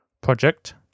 project